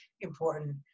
important